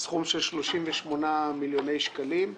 סכום של 38 מיליוני שקלים.